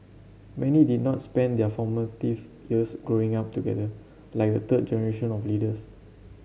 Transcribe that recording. many did not spend their formative years Growing Up together like the third generation of leaders